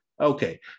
okay